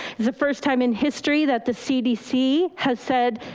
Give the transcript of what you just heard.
the first time in history that the cdc has said,